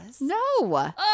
No